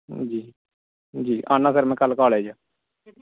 जी जी आना सर फिर में कॉलेज़